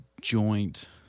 joint